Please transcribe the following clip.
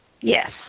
Yes